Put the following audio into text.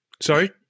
Sorry